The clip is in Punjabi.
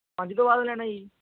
ਪੰਜ ਤੋਂ ਬਾਅਦ ਲੈਣਾ ਜੀ